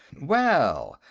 well!